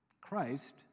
Christ